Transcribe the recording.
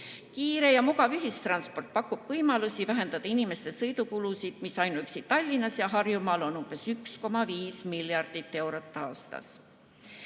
Kiire ja mugav ühistransport pakub võimalusi vähendada inimeste sõidukulusid, mis ainuüksi Tallinnas ja Harjumaal on umbes 1,5 miljardit eurot aastas. Teame,